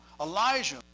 Elijah